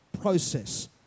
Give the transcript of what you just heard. process